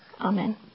Amen